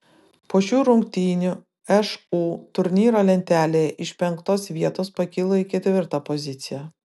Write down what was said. po šių rungtynių šu turnyro lentelėje iš penktos vietos pakilo į ketvirtą poziciją